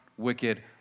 wicked